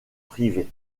privées